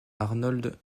arnold